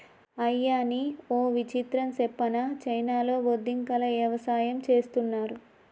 అయ్యనీ ఓ విచిత్రం సెప్పనా చైనాలో బొద్దింకల యవసాయం చేస్తున్నారు